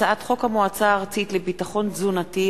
הצעת חוק המועצה הארצית לביטחון תזונתי,